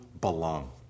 belong